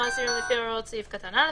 העצורים או האסירים לפי הוראות סעיף קטן (א),